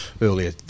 earlier